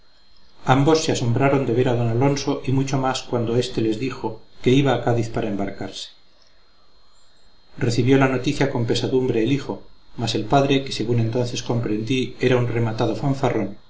ambos se asombraron de ver a d alonso y mucho más cuando este les dijo que iba a cádiz para embarcarse recibió la noticia con pesadumbre el hijo mas el padre que según entonces comprendí era un rematado fanfarrón